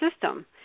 system